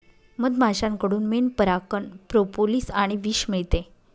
मधमाश्यांकडून मेण, परागकण, प्रोपोलिस आणि विष मिळते